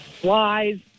Flies